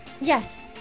Yes